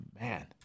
man